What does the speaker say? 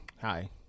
hi